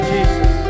Jesus